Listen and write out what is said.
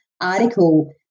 article